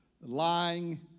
lying